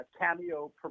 cameo